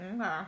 Okay